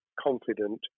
confident